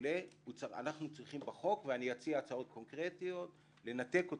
אנחנו צריכים בחוק, ואציע הצעות קונקרטיות, לנתקו